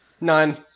None